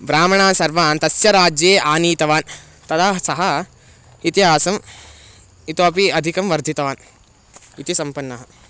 ब्राह्मणान् सर्वान् तस्य राज्ये आनीतवान् तदा सः इतिहासम् इतोपि अधिकं वर्धितवान् इति सम्पन्नः